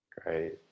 Great